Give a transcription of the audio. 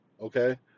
okay